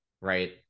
Right